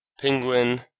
Penguin